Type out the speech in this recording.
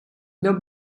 llop